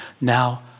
Now